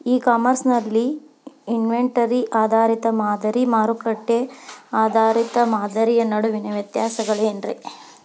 E commerce ನಲ್ಲಿ inventory ಆಧಾರಿತ ಮಾದರಿ ಮತ್ತ ಮಾರುಕಟ್ಟೆ ಆಧಾರಿತ ಮಾದರಿಯ ನಡುವಿನ ವ್ಯತ್ಯಾಸಗಳೇನ ರೇ?